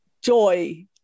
joy